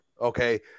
okay